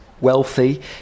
wealthy